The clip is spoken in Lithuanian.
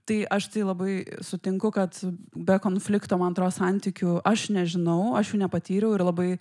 tai aš tai labai sutinku kad be konflikto man atrodo santykių aš nežinau aš jų nepatyriau ir labai